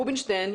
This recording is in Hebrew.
רובינשטיין,